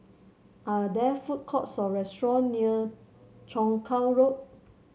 are there food courts or restaurant near Chong Kuo Road